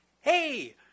hey